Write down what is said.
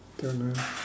don't know